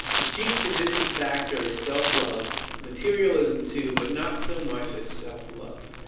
the chief divisive factor is self-love materialism too, but not so much as self-love.